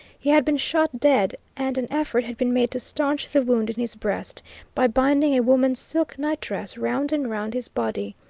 he had been shot dead, and an effort had been made to stanch the wound in his breast by binding a woman's silk night-dress round and round his body.